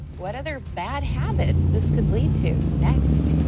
what other bad habits this could lead to, next.